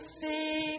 see